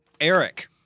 Eric